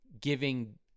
giving